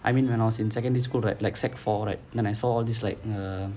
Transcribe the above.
I mean when I was in secondary school right secondary four right then I saw all this like err